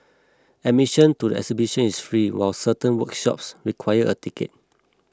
admission to the exhibition is free while certain workshops require a ticket